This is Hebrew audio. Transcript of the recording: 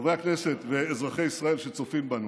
חברי הכנסת ואזרחי ישראל שצופים בנו,